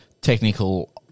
technical